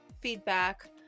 feedback